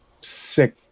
sick